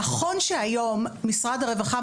נכון שהיום משרד הרווחה,